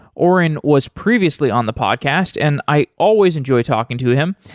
auren was previously on the podcast and i always enjoy talking to him.